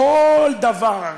כל דבר,